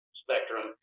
spectrum